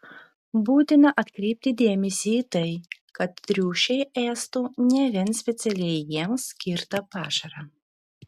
būtina atkreipti dėmesį į tai kad triušiai ėstų ne vien specialiai jiems skirtą pašarą